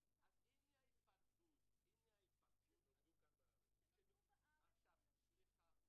הפעילות שלנו לנשאים הוא כלפי המניעה.